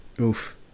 Oof